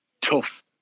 tough